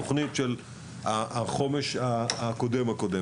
לתוכנית החומש שקדמה לתוכנית הקודמת.